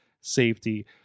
safety